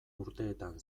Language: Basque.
urteetan